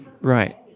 Right